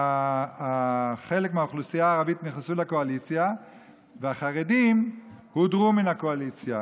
חלק מהאוכלוסייה הערבית נכנס לקואליציה והחרדים הודרו מן הקואליציה.